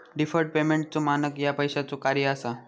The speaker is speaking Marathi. डिफर्ड पेमेंटचो मानक ह्या पैशाचो कार्य असा